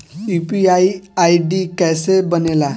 UPI ID कैसे बनेला?